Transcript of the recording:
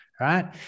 right